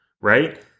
right